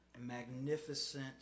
magnificent